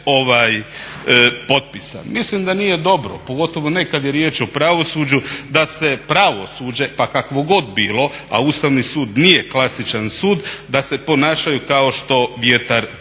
Mislim da nije dobro, pogotovo ne kad je riječ o pravosuđu, da se pravosuđe pa kakvo god bilo, a Ustavni sud nije klasičan sud, da se ponašaju kao što vjetar puše.